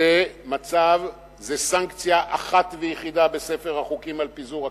זו סנקציה אחת ויחידה בספר החוקים על פיזור הכנסת,